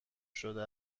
شده